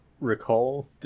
recall